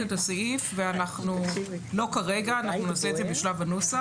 זה בשלב הנוסח.